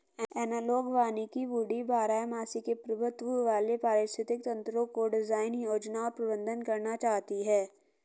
analogue वानिकी woody बारहमासी के प्रभुत्व वाले पारिस्थितिक तंत्रको डिजाइन, योजना और प्रबंधन करना चाहती है